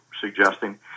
suggesting